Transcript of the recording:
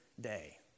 day